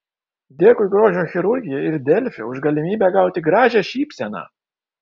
dėkui grožio chirurgijai ir delfi už galimybę gauti gražią šypseną